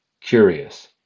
curious